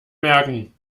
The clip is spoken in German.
merken